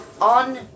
On